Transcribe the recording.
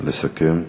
נא לסכם.